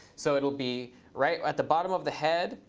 so it will be right at the bottom of the head,